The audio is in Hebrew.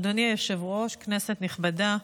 אדוני היושב-ראש, כנסת נכבדה,